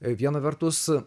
viena vertus